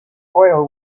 oil